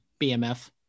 BMF